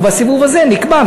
ובסיבוב הזה נקבע,